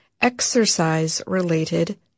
exercise-related